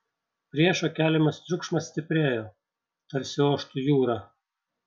priešo keliamas triukšmas stiprėjo tarsi oštų jūra